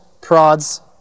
prods